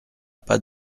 pas